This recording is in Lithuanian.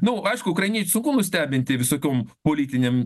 nu aišku ukrainiečius sunku nustebinti visokiom politinėm